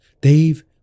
Dave